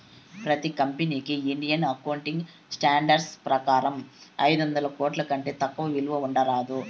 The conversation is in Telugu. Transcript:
ప్రతి కంపెనీకి ఇండియన్ అకౌంటింగ్ స్టాండర్డ్స్ ప్రకారం ఐదొందల కోట్ల కంటే తక్కువ విలువ ఉండరాదు